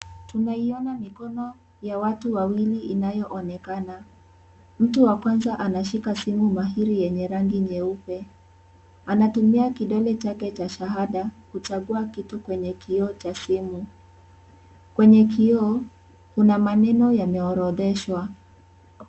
Tunaiona mikono ya watu wawili inayoonekana , mtu wa kwanza anashika simu mahiri yenye rangi ya nyeupe anatumia kidole chake cha shahada kuchagua kitu kwenye kioo cha simu kwenye kioo kuna maneno yameorodheshwa.